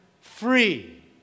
free